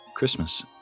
Christmas